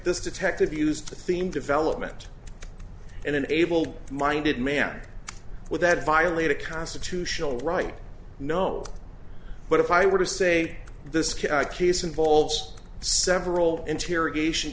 this detective used the theme development and enabled minded man with that violate a constitutional right no but if i were to say this case involves several interrogation